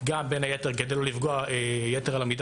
גם בין היתר כדי לא לפגוע יתר על המידה